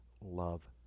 love